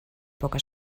poca